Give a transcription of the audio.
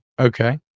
Okay